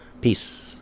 peace